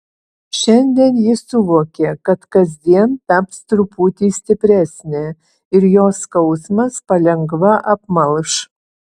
šiandien ji suvokė kad kasdien taps truputį stipresnė ir jos skausmas palengva apmalš